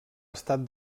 estat